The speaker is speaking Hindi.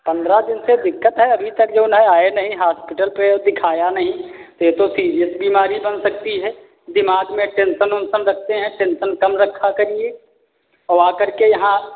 पंद्रह दिन से दिक्कत है अभी तक जौन है आए नहीं हॉस्पिटल पर और दिखाया नहीं ये तो सीरियस बीमारी बन सकती है दिमाग में टेंशन उंसन रखते हैं टेंशन कम रखा करिए और आकर के यहाँ